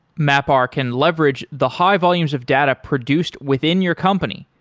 mapr can leverage the high volumes of data produced within your company,